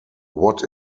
what